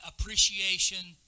appreciation